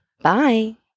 Bye